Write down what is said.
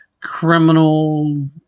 criminal